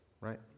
right